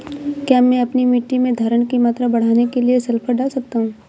क्या मैं अपनी मिट्टी में धारण की मात्रा बढ़ाने के लिए सल्फर डाल सकता हूँ?